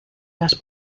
las